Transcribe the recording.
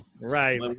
right